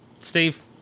Steve